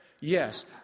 Yes